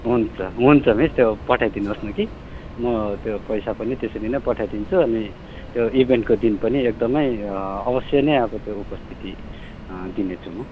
हुन्छ हुन्छ मिस त्यो पठाइदिनु होस् न कि म त्यो पैसा पनि त्यसरी नै पठाइदिन्छु अनि त्यो इभेन्टको दिन पनि एकदमै अवश्य नै अब त्यो उपस्थिति दिनेछु म